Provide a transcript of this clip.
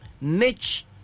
Niche